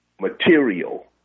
material